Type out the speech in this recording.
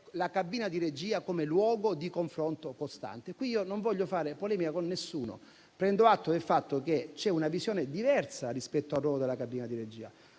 la cabina di regia come luogo di confronto costante. Qui non voglio fare polemica con nessuno, ma prendo atto del fatto che c'è una visione diversa rispetto al ruolo della cabina di regia.